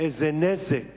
איזה נזק